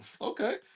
Okay